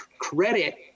credit